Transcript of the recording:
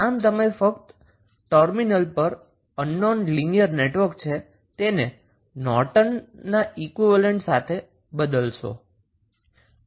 આમ તમે ફકત અનનોન કે જે ટર્મિનલ નેટવર્ક પર લિનિયર છે તેને નોર્ટનના ઈક્વીવેલેન્ટની સાથે બદલશો